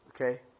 Okay